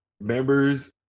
members